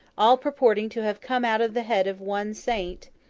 all purporting to have come out of the head of one saint,